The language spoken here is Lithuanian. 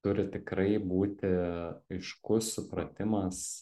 turi tikrai būti aiškus supratimas